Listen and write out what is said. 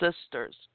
sisters